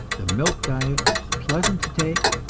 the milk diet is pleasant to take,